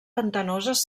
pantanoses